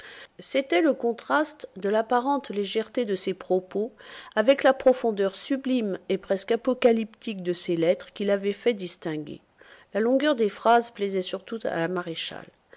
c'était le contraste de l'apparente légèreté de ses propos avec la profondeur sublime et presque apocalyptique de ses lettres qui l'avait fait distinguer la longueur des phrases plaisait surtout à la maréchale